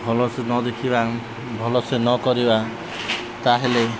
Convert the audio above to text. ଭଲସେ ନ ଦେଖିବା ଭଲସେ ନ କରିବା ତାହେଲେ